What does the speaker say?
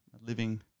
living